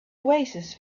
oasis